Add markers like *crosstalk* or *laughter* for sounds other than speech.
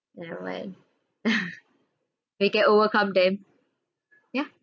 never mind *laughs* we can overcome them ya